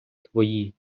твої